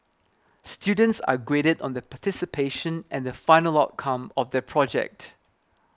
students are graded on their participation and the final outcome of the project